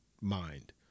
mind